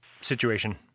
situation